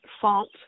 font